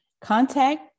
Contact